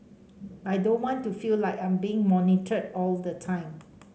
I don't want to feel like I'm being monitored all the time